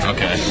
Okay